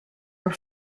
were